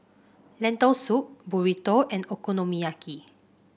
Lentil Soup Burrito and Okonomiyaki